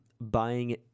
buying